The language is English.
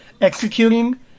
executing